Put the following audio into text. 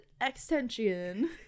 extension